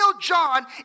John